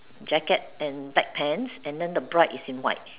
jacket and black pants and then the bride is in white